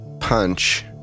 punch